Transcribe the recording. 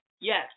yes